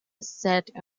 accepted